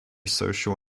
social